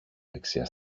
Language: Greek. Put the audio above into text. δεξιά